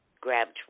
grabbed